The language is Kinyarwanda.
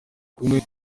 kumwe